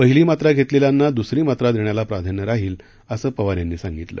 पहिली मात्रा घेतलेल्यांना दुसरी मात्रा देण्याला प्राधान्य राहील असं पवार यांनी सांगितलं